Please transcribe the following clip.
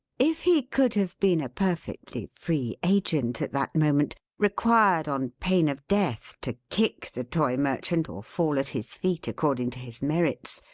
if he could have been a perfectly free agent, at that moment, required, on pain of death, to kick the toy merchant, or fall at his feet, according to his merits,